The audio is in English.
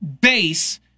base